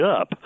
up